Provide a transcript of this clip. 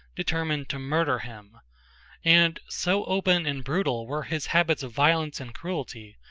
determined to murder him and so open and brutal were his habits of violence and cruelty,